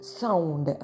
sound